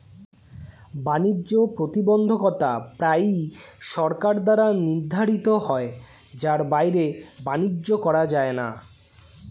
বাণিজ্য প্রতিবন্ধকতা প্রায়ই সরকার দ্বারা নির্ধারিত হয় যার বাইরে বাণিজ্য করা যায় না